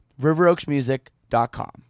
riveroaksmusic.com